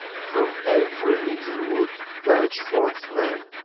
from every little wood belch forth men.